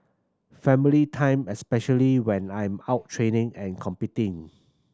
family time especially when I'm out training and competing